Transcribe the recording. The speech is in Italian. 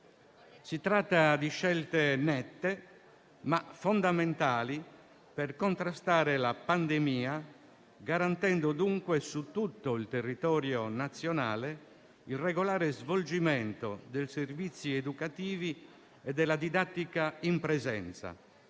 Si tratta di scelte nette ma fondamentali per contrastare la pandemia, garantendo dunque su tutto il territorio nazionale il regolare svolgimento dei servizi educativi e della didattica in presenza,